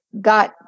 got